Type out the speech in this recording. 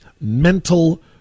mental